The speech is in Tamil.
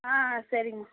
ஆ சரிங்க